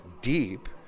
deep